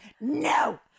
no